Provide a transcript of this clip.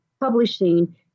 publishing